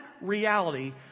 reality